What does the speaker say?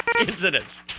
incidents